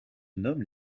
nomment